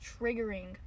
triggering